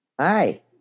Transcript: Hi